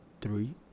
three